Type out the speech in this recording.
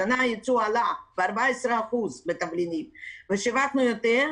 השנה הייצוא עלה ב-14% בתבלינים ושיווקנו יותר.